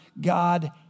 God